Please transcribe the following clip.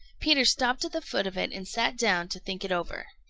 peter stopped at the foot of it and sat down to think it over.